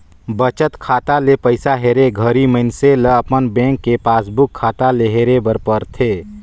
बचत खाता ले पइसा हेरे घरी मइनसे ल अपन बेंक के पासबुक खाता ले हेरे बर परथे